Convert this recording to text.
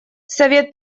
совет